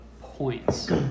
points